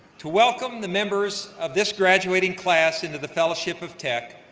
to welcome the members of this graduating class into the fellowship of tech,